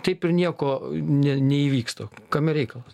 taip ir nieko ne neįvyksta kame reikalas